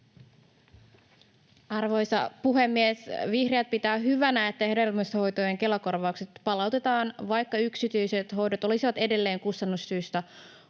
Arvoisa puhemies! Vihreät pitävät hyvänä, että hedelmöityshoitojen Kela-korvaukset palautetaan, vaikka yksityiset hoidot olisivat edelleen kustannussyistä